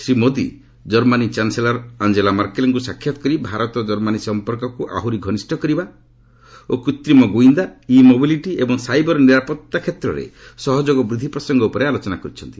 ଶ୍ରୀ ମୋଦି କର୍ମାନୀ chancellor Angela ମର୍କେଲ୍ଙ୍କୁ ସାକ୍ଷାତ୍ କରି ଭାରତ ଜର୍ମାନୀ ସମ୍ପର୍କକୁ ଆହୁରି ଘନିଷ୍ଠ କରିବା ଓ କୃତ୍ରିମ ଗୁଇନ୍ଦା ଇ ମୋବିଲିଟି ଏବଂ ସାଇବର ନିରାପତ୍ତା କ୍ଷେତ୍ରରେ ସହଯୋଗ ବୃଦ୍ଧି ପ୍ରସଙ୍ଗ ଉପରେ ଆଲୋଚନା କରିଛନ୍ତି